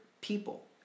people